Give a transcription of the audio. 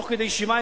תוך כדי ישיבה,